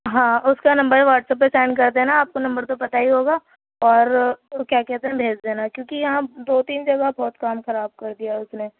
ہاں اُس کا نمبر واٹس اپ پہ سینڈ کر دینا آپ کو نمبر تو پتہ ہی ہوگا اور کیا کہتے ہیں بھیج دینا کیونکہ یہاں دو تین جگہ بہت کام خراب کر دیا ہے اُس نے